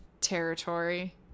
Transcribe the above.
territory